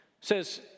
says